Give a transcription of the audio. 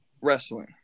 wrestling